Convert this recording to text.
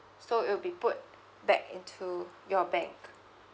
so it will be put back into your bank